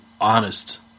honest